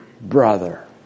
brother